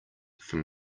from